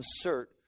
insert